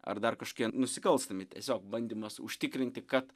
ar dar kažkiek nusikalstami tiesiog bandymas užtikrinti kad